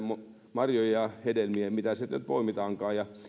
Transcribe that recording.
marjat hedelmät mitä mitä sieltä nyt poimitaankaan ja